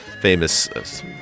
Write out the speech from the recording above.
famous